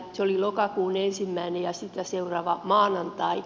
se oli lokakuun ensimmäinen ja sitä seuraava maanantai